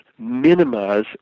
minimize